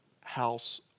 house